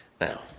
Now